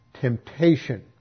temptation